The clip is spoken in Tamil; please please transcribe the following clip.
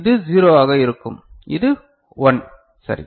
இது 0 ஆக இருக்கும் இது 1 சரி